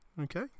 okay